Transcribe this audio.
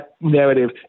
narrative